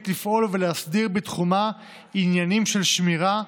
לפעול ולהסדיר בתחומה עניינים של שמירה,